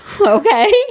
Okay